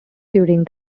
during